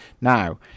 Now